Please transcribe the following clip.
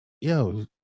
yo